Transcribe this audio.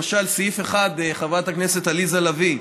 למשל, סעיף 1, חברת הכנסת עליזה לביא: